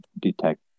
detect